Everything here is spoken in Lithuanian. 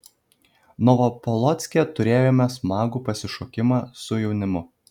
novopolocke turėjome smagų pasišokimą su jaunimu